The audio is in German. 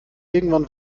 irgendwann